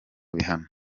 bihano